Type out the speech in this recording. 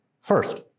First